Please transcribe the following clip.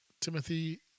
Timothy